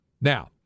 Now